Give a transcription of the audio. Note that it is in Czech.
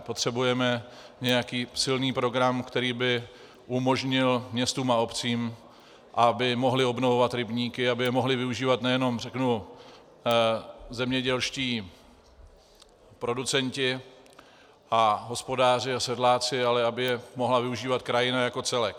Potřebujeme nějaký silný program, který by umožnil městům a obcím, aby mohly obnovovat rybníky, aby je mohly využívat nejenom zemědělští producenti a hospodáři a sedláci, ale aby je mohla využívat krajina jako celek.